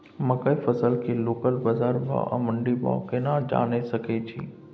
मकई फसल के लोकल बाजार भाव आ मंडी भाव केना जानय सकै छी?